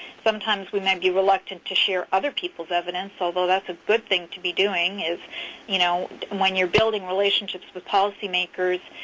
sometimes we may be reluctant to share other people's evidence although that's a good thing to be doing you know when you're building relationships with policymakers,